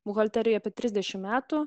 buhalterijai apie trisdešim metų